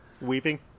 Weeping